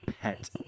pet